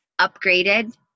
upgraded